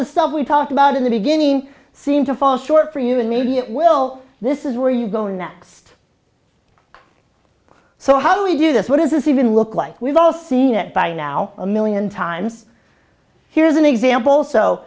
the stuff we talked about in the beginning seem to fall short for you and maybe it will this is where you go next so how do we do this what does this even look like we've all seen it by now a million times here's an example so